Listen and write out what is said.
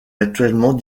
actuellement